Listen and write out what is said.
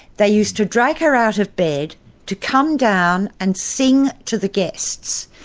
they used to drag her out of bed to come down and sing to the guests,